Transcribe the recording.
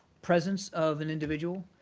presence of an individual,